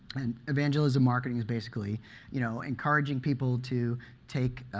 and evangelism marketing is basically you know encouraging people to take